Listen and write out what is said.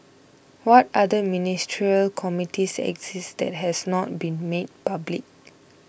what other ministerial committees exist that has not been made public